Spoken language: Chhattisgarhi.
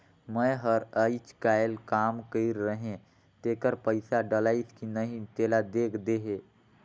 मै हर अईचकायल काम कइर रहें तेकर पइसा डलाईस कि नहीं तेला देख देहे?